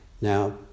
Now